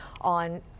on